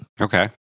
Okay